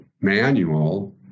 manual